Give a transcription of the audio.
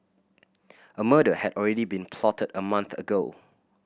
a murder had already been plotted a month ago